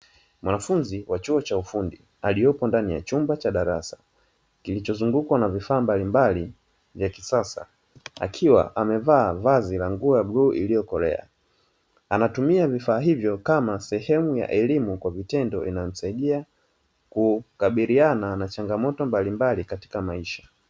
Mwanafunzi wa chuo cha ufundi aliopo ndani ya chumba cha darasa kilichozungukwa na vifaa mbalimbali vya kisasa, akiwa amevaa vazi la nguo ya bluu iliyokolea, anatumia vifaa hivyo kama sehemu ya elimu kwa vitendo inamsaidia kukabiliana na changamoto mbalimbali katika maisha.